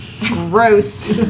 Gross